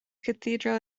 cathedral